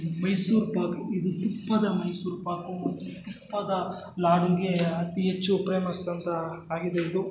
ಮೈಸೂರುಪಾಕ್ ಇದು ತುಪ್ಪದ ಮೈಸೂರುಪಾಕೂ ತುಪ್ಪದ ಲಾಡುಗೇ ಅತಿ ಹೆಚ್ಚು ಪ್ರೇಮಸ್ ಅಂತ ಆಗಿದೆ ಇದು